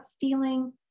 feeling